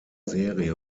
serie